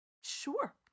sure